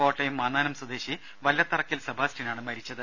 കോട്ടയം മാന്നാനം സ്വദേശി വല്ലത്തറക്കൽ സെബാസ്റ്റ്യനാണ് മരിച്ചത്